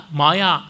maya